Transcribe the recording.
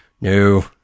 no